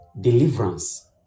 deliverance